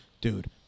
Dude